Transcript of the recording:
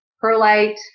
perlite